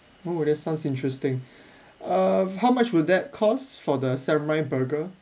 oh that sounds interesting err how much will that cost for the samurai burger